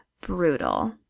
brutal